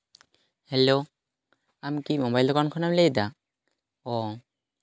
hello ᱟᱢ ᱠᱤ mobile ᱫᱚᱠᱟᱱ ᱠᱷᱚᱱᱟᱢ ᱞᱟᱹᱭᱫᱟ ᱚᱸᱻ